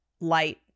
light